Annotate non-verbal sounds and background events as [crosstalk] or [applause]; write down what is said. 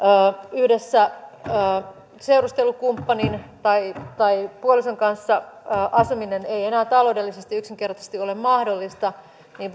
yhdessä seurustelukumppanin tai tai puolison kanssa asuminen ei ei enää taloudellisesti yksinkertaisesti ole mahdollista niin [unintelligible]